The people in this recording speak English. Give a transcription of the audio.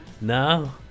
no